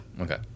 Okay